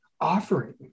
offering